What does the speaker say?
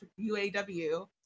UAW